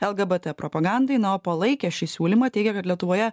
lgbt propagandai na o palaikę šį siūlymą teigia kad lietuvoje